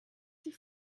die